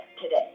today